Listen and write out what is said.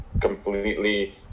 completely